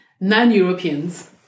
non-Europeans